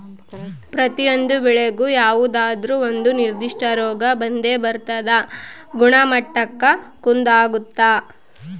ಪ್ರತಿಯೊಂದು ಬೆಳೆಗೂ ಯಾವುದಾದ್ರೂ ಒಂದು ನಿರ್ಧಿಷ್ಟ ರೋಗ ಬಂದೇ ಬರ್ತದ ಗುಣಮಟ್ಟಕ್ಕ ಕುಂದಾಗುತ್ತ